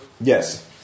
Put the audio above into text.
Yes